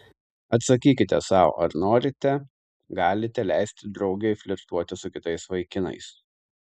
atsakykite sau ar norite galite leisti draugei flirtuoti su kitais vaikinais